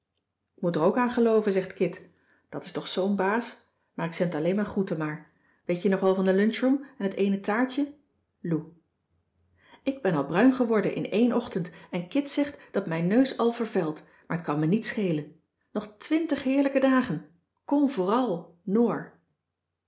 moet er ook aan gelooven zegt kit dat is toch cissy van marxveldt de h b s tijd van joop ter heul zoo'n baas maar ik zend alleen mijn groeten maar weet je nog wel van de lunchroom en het eene taartje lou ik ben al bruin geworden in éen ochtend en kit zegt dat mijn neus al vervelt maar t kan me niets schelen nog twintig heerlijke dagen kom vooral noor